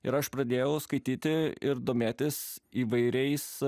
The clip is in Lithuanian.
ir aš pradėjau skaityti ir domėtis įvairiais